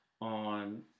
on